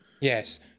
Yes